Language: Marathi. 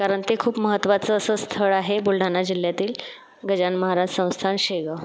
कारण ते खूप महत्वाचं असं स्थळ आहे बुलढाणा जिल्ह्यातील गजानन महाराज संस्थान शेगाव